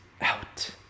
out